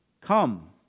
Come